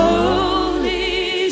Holy